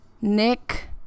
Nick